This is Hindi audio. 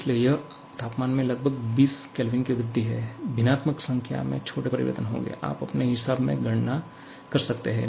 इसलिए यह तापमान में लगभग 20 K की वृद्धि है भिन्नात्मक संख्या में छोटे परिवर्तन होंगे आप अपने हिसाब से गणना कर सकते हैं